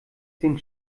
den